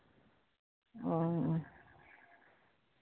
ᱚᱸᱻ